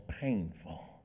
painful